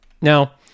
Now